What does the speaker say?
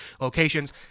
locations